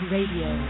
Radio